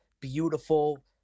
beautiful